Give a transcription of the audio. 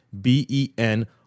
b-e-n